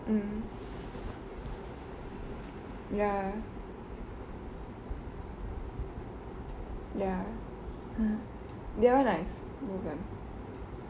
mm ya ya they are all nice both of them